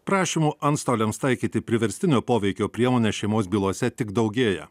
prašymų antstoliams taikyti priverstinio poveikio priemonę šeimos bylose tik daugėja